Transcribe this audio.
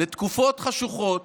לתקופות חשוכות.